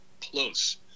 close